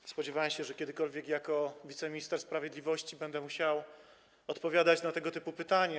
Nie spodziewałem się, że kiedykolwiek jako wiceminister sprawiedliwości będę musiał odpowiadać na tego typu pytanie.